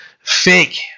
fake